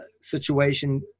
situation